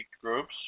groups